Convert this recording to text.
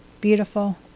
beautiful